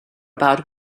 about